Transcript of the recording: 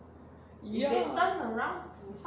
ya